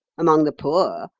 among the poor,